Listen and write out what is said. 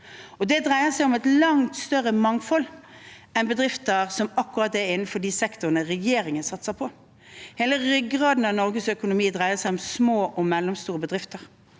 Det dreier seg om et langt større mangfold enn bedrifter som akkurat er innenfor de sektorene regjeringen satser på. Hele ryggraden i Norges økonomi dreier seg om små og mellomstore bedrifter,